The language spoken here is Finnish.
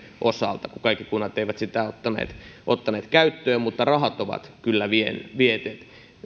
muutosta kun kaikki kunnat eivät sitä ottaneet ottaneet käyttöön mutta rahat on kyllä viety